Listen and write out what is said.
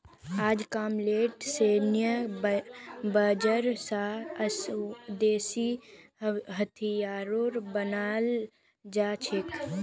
अजकामलेर सैन्य बजट स स्वदेशी हथियारो बनाल जा छेक